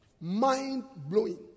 mind-blowing